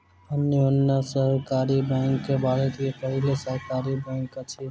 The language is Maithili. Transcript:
अन्योन्या सहकारी बैंक भारत के पहिल सहकारी बैंक अछि